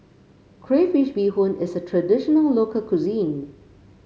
Crayfish Beehoon is a traditional local cuisine